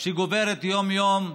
שגוברת יום-יום,